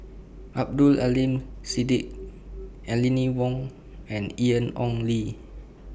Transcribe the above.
Abdul Aleem Siddique Aline Wong and Ian Ong Li